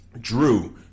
Drew